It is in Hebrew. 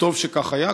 וטוב שכך היה,